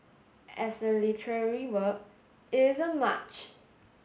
as a literary work it isn't much